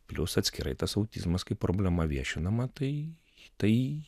plius atskirai tas autizmas kaip problema viešinama tai tai